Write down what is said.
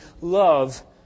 love